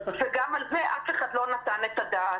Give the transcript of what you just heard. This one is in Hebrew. וגם על זה אף אחד לא נתן את הדעת.